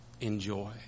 enjoy